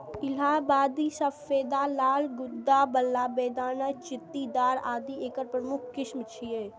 इलाहाबादी सफेदा, लाल गूद्दा बला, बेदाना, चित्तीदार आदि एकर प्रमुख किस्म छियै